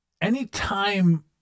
Anytime